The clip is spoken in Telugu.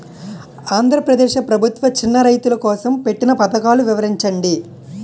ఆంధ్రప్రదేశ్ ప్రభుత్వ చిన్నా రైతుల కోసం పెట్టిన పథకాలు వివరించండి?